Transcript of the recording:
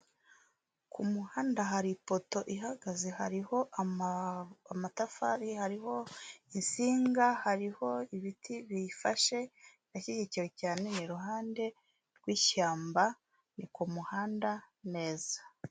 Ku muhanda hari ipoto ihagaze hariho amatafari, hariho insinga, hariho ibiti biyifashe irashyigikiwe cyane, ni iruhande rw'ishyamba ni ku muhanda neza.